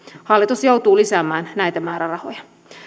hallitus joutuu lisäämään näitä määrärahoja